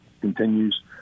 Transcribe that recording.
continues